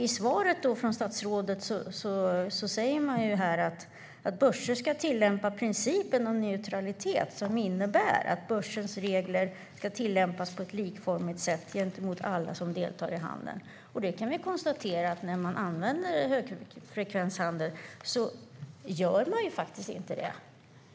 I svaret från statsrådet sägs det att börser ska tillämpa principen om neutralitet som innebär att börsens regler ska tillämpas på ett likformigt sätt gentemot alla som deltar i handeln. Vi kan konstatera att när högfrekvenshandel används tillämpas reglerna inte likformigt.